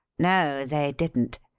no, they didn't.